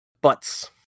butts